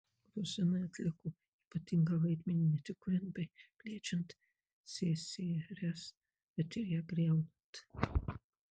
gruzinai atliko ypatingą vaidmenį ne tik kuriant bei plečiant ssrs bet ir ją griaunant